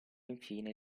infine